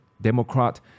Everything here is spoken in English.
Democrat